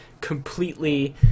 completely